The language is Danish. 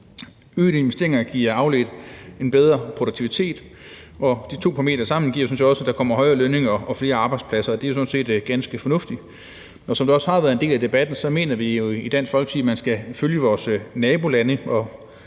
Øgede investeringer giver afledt en bedre produktivitet, og de to parametre sammen gør sådan set også, at der kommer højere lønninger og flere arbejdspladser, og det er jo sådan set ganske fornuftigt. Som det også har været en del af debatten, mener vi i Dansk Folkeparti, at man skal følge vores nabolande.